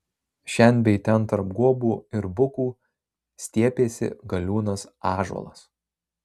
šen bei ten tarp guobų ir bukų stiepėsi galiūnas ąžuolas